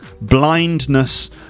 blindness